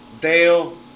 Dale